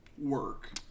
work